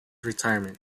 retirement